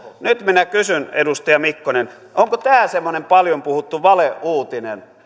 nyt minä kysyn edustaja mikkonen onko tämä semmoinen paljon puhuttu valeuutinen